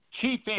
chief